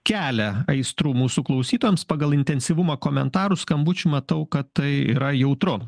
kelia aistrų mūsų klausytojams pagal intensyvumą komentarų skambučių matau kad tai yra jautru